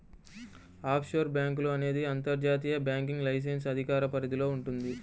offshore బ్యేంకులు అనేది అంతర్జాతీయ బ్యాంకింగ్ లైసెన్స్ అధికార పరిధిలో వుంటది